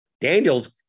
daniel's